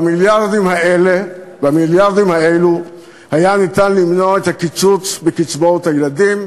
במיליארדים האלה היה ניתן למנוע את הקיצוץ בקצבאות הילדים,